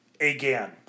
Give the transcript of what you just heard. again